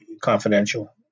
confidential